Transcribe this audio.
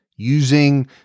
using